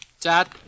Dad